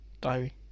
Diary